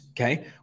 Okay